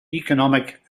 economic